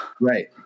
Right